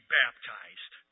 baptized